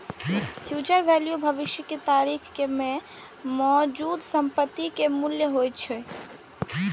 future value भविष्य के तारीख मे मौजूदा संपत्ति के मूल्य होइ छै